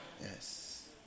Yes